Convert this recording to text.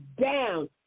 down